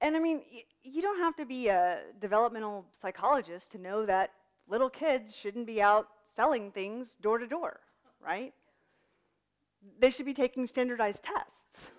and i mean you don't have to be a developmental psychologist to know that little kids shouldn't be out selling things door to door right they should be taking standardized tests